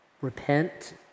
repent